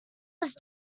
was